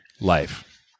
life